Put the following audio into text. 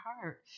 heart